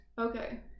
Okay